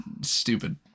stupid